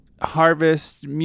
Harvest